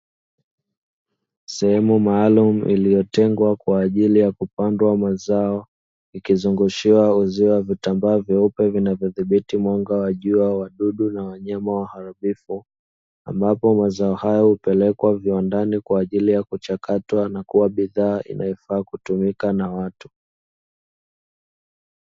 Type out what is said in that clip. Sehemu maalumu iliyotengwa kwa ajili ya kupandwa mazao, ikizungushiwa uzio wa vitambaa vyeupe vinavyodhibiti mwanga wa jua, wadudu na wanyama waharibifu; ambapo mazao hayo hupelekwa viwandani kwa ajili ya kuchakatwa na kuwa bidhaa inayofaa kutumika na watu.